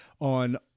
on